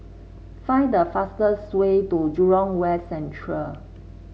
find the fastest way to Jurong West Central